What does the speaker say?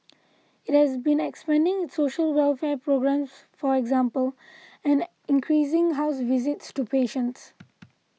it has been expanding its social welfare programmes for example and increasing house visits to patients